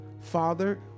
father